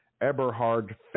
Eberhard